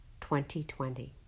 2020